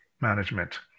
management